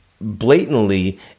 blatantly